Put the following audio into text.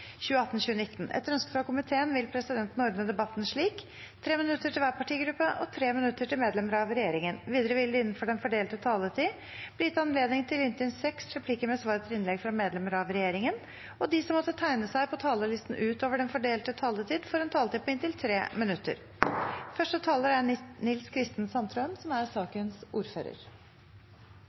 minutter til medlemmer av regjeringen. Videre vil det – innenfor den fordelte taletid – bli gitt anledning til inntil seks replikker med svar etter innlegg fra medlemmer av regjeringen, og de som måtte tegne seg på talerlisten utover den fordelte taletiden, får en taletid på inntil 3 minutter. Først vil jeg takke komiteen for et veldig godt samarbeid i behandlingen av disse sakene. SV har levert to representantforslag som